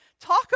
talk